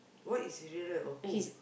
what is his real life or who